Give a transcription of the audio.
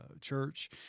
church